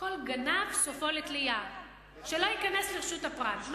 כל גנב סופו לתלייה, שלא ייכנס לרשות הפרט.